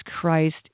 Christ